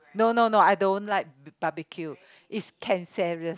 no no no I don't like barbecue is cancerous